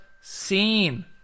seen